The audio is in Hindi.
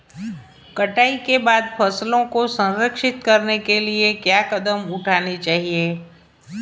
कटाई के बाद फसलों को संरक्षित करने के लिए क्या कदम उठाने चाहिए?